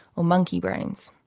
or monkey brains.